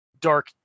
dark